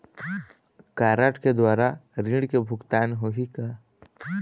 Card के द्वारा ऋण के भुगतान होही का?